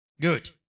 Good